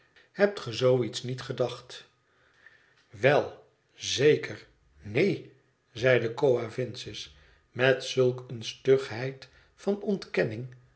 hebt ge zoo iets niet gedacht wel zeker neen zeide coavinses met zulk eene stugheid van ontkenning